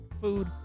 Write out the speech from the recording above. food